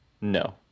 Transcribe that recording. No